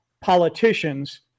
politicians